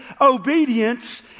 obedience